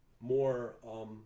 more